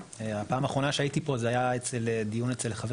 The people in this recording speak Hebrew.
הפעם האחרונה שהייתי פה זה היה דיון אצל חבר